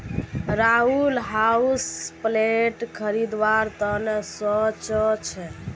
Rahul houseplant खरीदवार त न सो च छ